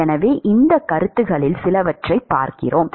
எனவே இந்த கருத்துகளில் சிலவற்றைப் பார்க்கிறோம்